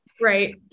Right